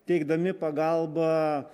teikdami pagalbą